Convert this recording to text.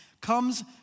comes